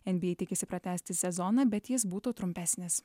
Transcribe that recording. nba tikisi pratęsti sezoną bet jis būtų trumpesnis